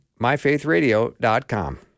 MyFaithRadio.com